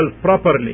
properly